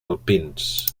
alpins